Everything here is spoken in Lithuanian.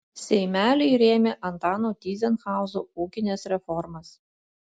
seimeliai rėmė antano tyzenhauzo ūkines reformas